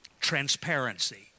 transparency